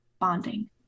bonding